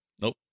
nope